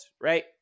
right